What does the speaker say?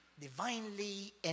divinely